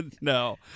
no